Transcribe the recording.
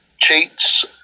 cheats